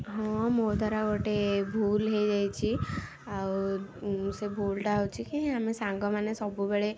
ହଁ ମୋ ଦ୍ୱାରା ଗୋଟେ ଭୁଲ ହେଇଯାଇଛି ଆଉ ସେ ଭୁଲଟା ହେଉଛି କି ଆମେ ସାଙ୍ଗମାନେ ସବୁବେଳେ